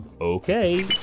Okay